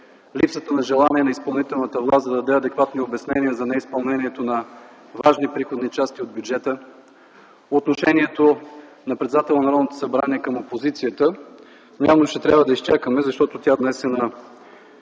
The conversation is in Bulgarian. липсата на желание на изпълнителната власт да даде адекватни обяснения за неизпълнението на важни приходни части от бюджета. Отношението на председателя на Народното събрание към опозицията, но явно ще трябва да изчакаме, защото тя днес е на